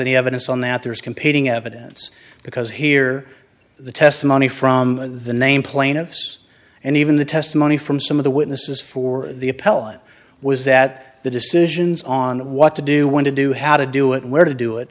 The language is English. any evidence on that there's competing evidence because here the testimony from the name plaintiffs and even the testimony from some of the witnesses for the appellant was that the decisions on what to do when to do how to do it where to do it